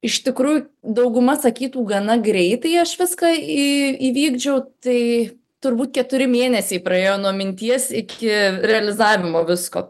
iš tikrųjų dauguma sakytų gana greitai aš viską į įvykdžiau tai turbūt keturi mėnesiai praėjo nuo minties iki realizavimo visko